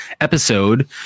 episode